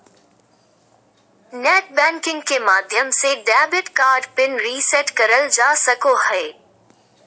net banking के माध्यम से डेबिट कार्ड पिन रीसेट करल जा सको हय